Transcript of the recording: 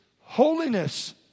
holiness